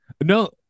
no